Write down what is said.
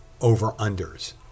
over-unders